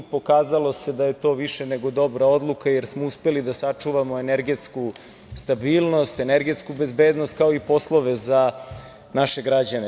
Pokazalo se da je to više nego dobra odluka, jer smo uspeli da sačuvamo energetsku stabilnost, energetsku bezbednost, kao i poslove za naše građane.